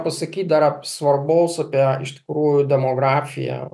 pasakyt dar svarbaus apie iš tikrųjų demografiją